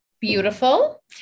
Beautiful